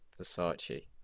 Versace